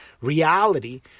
reality